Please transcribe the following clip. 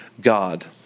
God